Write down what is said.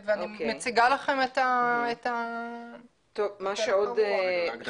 אני מציגה לכם את הלך הרוח.